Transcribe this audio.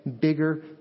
bigger